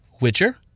Witcher